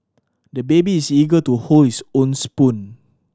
the baby is eager to hold his own spoon